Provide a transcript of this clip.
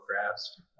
crafts